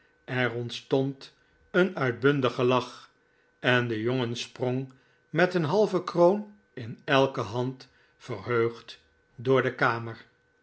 er ontstond een uitbundig gelach en de jongen sprong met een halve kroon in elke hand verheugd door de kamer